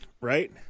right